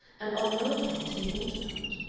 and on no account to be thought about.